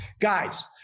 guys